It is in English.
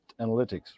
analytics